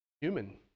Human